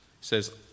says